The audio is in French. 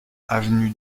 avenue